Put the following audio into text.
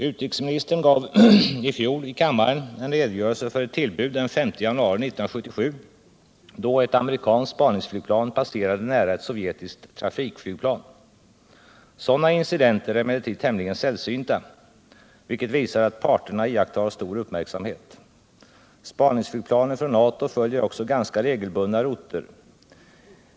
Utrikesministern gav i fjol kammaren en redogörelse för ett tillbud den 5 januari 1977 då ett amerikanskt spaningsflygplan passerade nära ett sovjetiskt trafikflygplan. Sådana incidenter är emellertid tämligen sällsynta, vilket visar att parterna iakttar stor uppmärksamhet. Spaningsflygplanen från NATO följer också ganska regelbundna router.